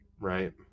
right